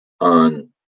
on